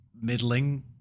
middling